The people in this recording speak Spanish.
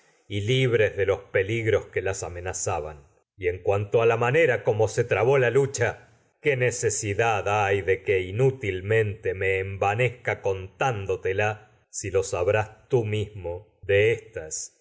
y tienes libres de los peligros a que se las amenazaban la y en cuanto la manera como trabó lucha qué necesidad hay de que inútilmenbdipo en colono te me envanezca contándotela si lo sabrás tú mismo de estas